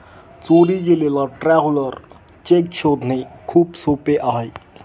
चोरी गेलेला traveller cheque शोधणे खूप सोपे आहे